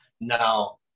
Now